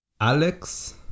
alex